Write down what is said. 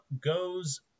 goes